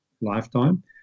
lifetime